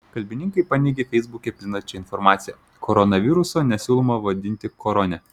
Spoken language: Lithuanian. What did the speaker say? kalbininkai paneigė feisbuke plintančią informaciją koronaviruso nesiūloma vadinti korone